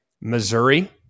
Missouri